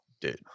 dude